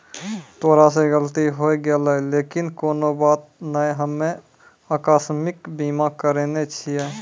तोरा से गलती होय गेलै लेकिन कोनो बात नै हम्मे अकास्मिक बीमा करैने छिये